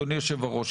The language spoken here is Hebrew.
אדוני יושב הראש,